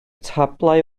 tablau